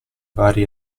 vari